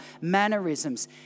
mannerisms